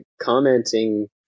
commenting